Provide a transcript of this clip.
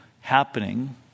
happening